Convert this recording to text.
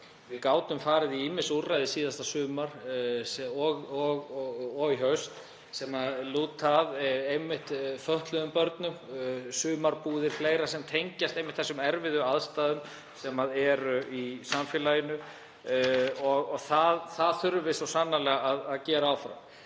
Við gátum farið í ýmis úrræði síðasta sumar og í haust sem lúta að fötluðum börnum, eins og sumarbúðir og fleira sem tengjast einmitt þessum erfiðu aðstæðum sem eru í samfélaginu, og það þurfum við svo sannarlega að gera áfram.